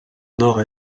nord